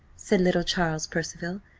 said little charles percival,